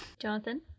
Jonathan